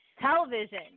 television